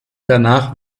danach